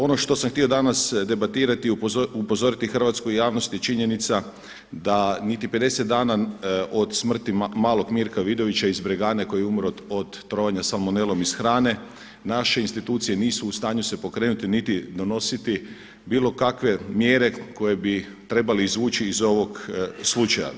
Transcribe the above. Ono što sam htio danas debatirati i upozoriti hrvatsku javnost je činjenica da niti 50 dana od smrti malog Mirka Vidovića iz Bregane koji je umro od trovanja salmonelom iz hrane, naše institucije nisu u stanju se pokrenuti niti donositi bilo kakve mjere koje bi trebali izvući iz ovog slučaja.